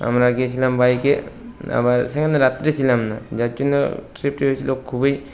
আমরা গিয়েছিলাম বাইকে আবার সেখানে রাত্রে ছিলাম না যার জন্য ট্রিপটি হয়েছিলো খুবই